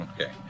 Okay